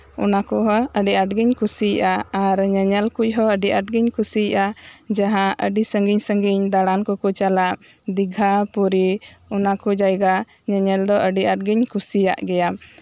ᱚᱱᱟ ᱠᱚᱦᱚᱸ ᱟᱹᱰᱤ ᱟᱸᱴ ᱜᱤᱧ ᱠᱩᱥᱤᱭᱟᱜᱼᱟ ᱟᱨ ᱧᱮᱧᱮᱞ ᱠᱚᱡ ᱦᱚᱸ ᱟᱹᱰᱤ ᱟᱸᱴ ᱜᱤᱧ ᱠᱩᱥᱤᱭᱟᱜᱼᱟ ᱡᱟᱦᱟᱸ ᱟᱹᱰᱤ ᱥᱟᱺᱜᱤᱧ ᱥᱟᱺᱜᱤᱧ ᱫᱟᱬᱟᱱ ᱠᱚᱠᱚ ᱪᱟᱞᱟᱜ ᱫᱤᱜᱷᱟ ᱯᱩᱨᱤ ᱚᱱᱟ ᱠᱚ ᱡᱟᱭᱜᱟ ᱧᱮᱧᱮᱞ ᱫ ᱟᱹᱰᱤ ᱟᱸᱴ ᱜᱤᱧ ᱠᱩᱥᱤᱭᱟᱜ ᱜᱮᱭᱟ